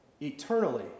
eternally